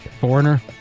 Foreigner